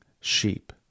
sheep